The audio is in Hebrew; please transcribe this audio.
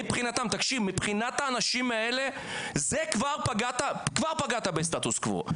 מבחינת האנשים האלה זה כבר פגעת בסטטוס קוו,